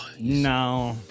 no